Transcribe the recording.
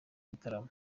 gitaramo